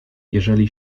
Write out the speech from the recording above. jeżeli